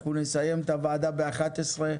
אנחנו נסיים את הוועדה ב-11:00,